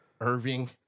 Irving